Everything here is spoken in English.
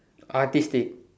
artistic